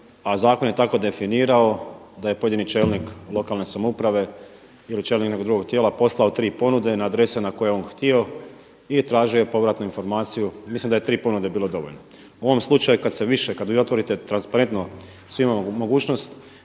a zakon je tako definirao da je pojedini čelnik lokalne samouprave ili čelnik nekog drugog tijela poslao tri ponude na adrese na koje je on htio i tražio je povratnu informaciju. Mislim da je tri ponude bilo dovoljno. U ovom slučaju kad se više, kad vi otvorite transparentno svima mogućnost